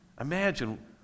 Imagine